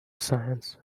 science